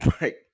right